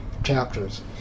chapters